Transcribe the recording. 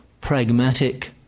pragmatic